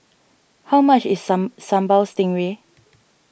how much is Sam Sambal Stingray